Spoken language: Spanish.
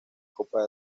copa